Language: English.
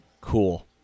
Cool